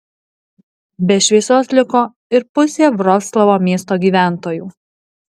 be šviesos liko ir pusė vroclavo miesto gyventojų